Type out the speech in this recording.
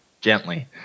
gently